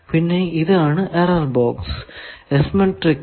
പിന്നെ ഇതാണ് error box S matrix